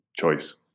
choice